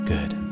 Good